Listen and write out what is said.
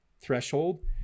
threshold